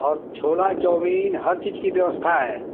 और छोला चाऊमीन हर चीज की व्यवस्था है